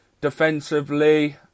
defensively